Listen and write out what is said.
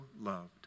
loved